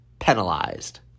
penalized